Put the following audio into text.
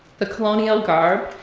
the colonial garb,